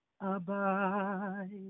abide